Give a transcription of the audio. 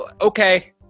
Okay